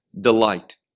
delight